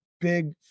big